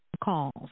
calls